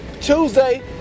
Tuesday